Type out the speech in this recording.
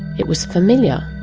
it was familiar.